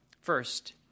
First